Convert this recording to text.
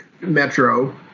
metro